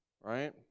right